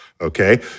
Okay